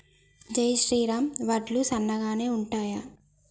జై శ్రీరామ్ వడ్లు సన్నగనె ఉంటయా?